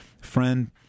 Friend